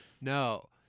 No